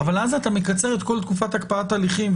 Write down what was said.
אבל אז אתה מקצר את כל תקופת הקפאת ההליכים,